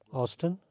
Austin